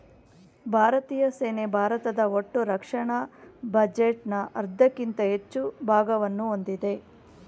ಭಾರತೀಯ ಸೇನೆ ಭಾರತದ ಒಟ್ಟುರಕ್ಷಣಾ ಬಜೆಟ್ನ ಅರ್ಧಕ್ಕಿಂತ ಹೆಚ್ಚು ಭಾಗವನ್ನ ಹೊಂದಿದೆ